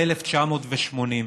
ב-1980.